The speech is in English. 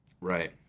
Right